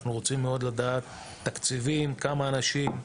אנחנו רוצים מאוד לדעת תקציבים, כמה אנשים,